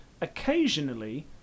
occasionally